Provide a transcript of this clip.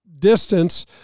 distance